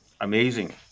amazing